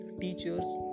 teachers